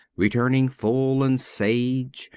returning full and sage.